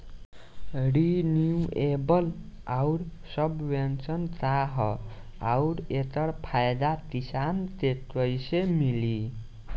Renewable आउर subvention का ह आउर एकर फायदा किसान के कइसे मिली?